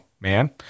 man